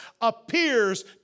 appears